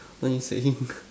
what you saying